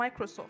Microsoft